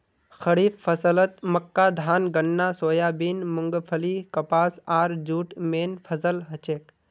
खड़ीफ फसलत मक्का धान गन्ना सोयाबीन मूंगफली कपास आर जूट मेन फसल हछेक